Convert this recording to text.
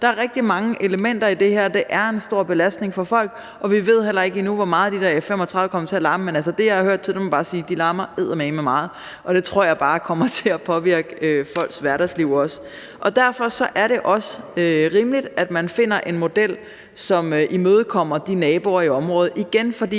Der er rigtig mange elementer i det her, og det er en stor belastning for folk. Vi ved heller ikke endnu, hvor meget de her F-35-fly vil komme til at larme, men med det, jeg har hørt til dem, vil jeg bare sige: De larmer eddermame meget. Det tror jeg bare kommer til at påvirke folks hverdagsliv. Derfor er det også rimeligt, at man finder en model, som imødekommer de naboer i område. For